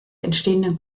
entstehenden